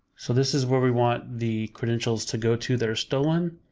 so this is where we want the credentials to go to, they're stolen,